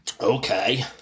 Okay